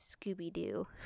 Scooby-Doo